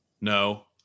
No